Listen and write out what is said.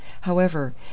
However